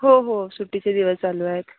हो हो सुट्टीचे दिवस चालू आहेत